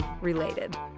related